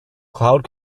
cloud